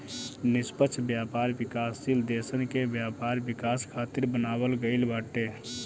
निष्पक्ष व्यापार विकासशील देसन के व्यापार विकास खातिर बनावल गईल बाटे